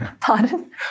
Pardon